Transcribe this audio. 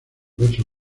verso